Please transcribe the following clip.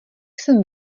jsem